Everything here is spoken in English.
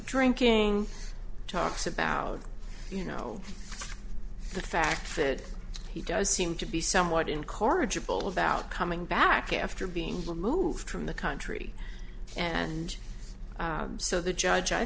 drinking talks about you know the fact that he does seem to be somewhat incorrigible about coming back after being removed from the country and so the judge i